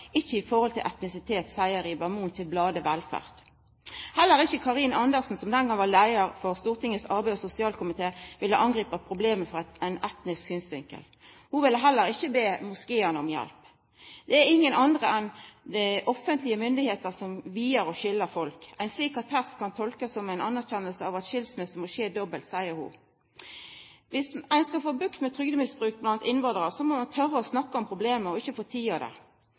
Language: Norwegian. ikke i forhold til etnisitet», sa Rieber-Mohn til bladet Velferd. Heller ikkje Karin Andersen, som den gongen var leiar for Stortingets arbeids- og sosialkomité, ville angripa problemet frå ein etnisk synsvinkel. Ho ville heller ikkje be moskeane om hjelp. «Det er ingen andre enn offisielle myndigheter som vier og skiller folk. En slik attest kan tolkes som en anerkjennelse av at skilsmisse må skje dobbelt», sa ho. Dersom ein skal få bukt med trygdemisbruk blant innvandrarar, må ein tora å snakka om problemet og